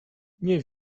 nie